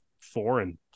foreign